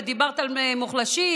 דיברת על מוחלשים,